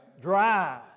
Dry